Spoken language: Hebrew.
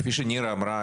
כפי שנירה אמרה,